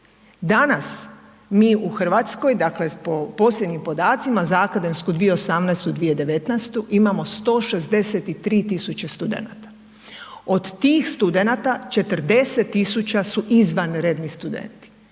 danas mi u RH dakle po posljednjim podacima za akademsku 2018./2019. imamo 163 000 studenata, od tih studenata 40 000 su izvanredni studenti,